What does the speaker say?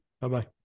Bye-bye